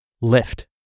Lift